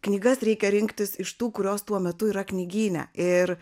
knygas reikia rinktis iš tų kurios tuo metu yra knygyne ir